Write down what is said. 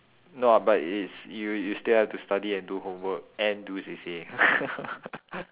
no ah but it's you you still have to study and do homework and do C_C_A